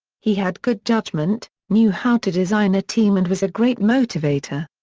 he had good judgement, knew how to design a team and was a great motivator.